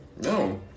No